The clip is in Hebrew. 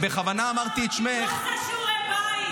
בכוונה אמרתי את שמך --- הוא לא עשה שיעורי בית.